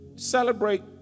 celebrate